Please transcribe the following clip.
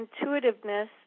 intuitiveness